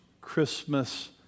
Christmas